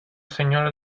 señora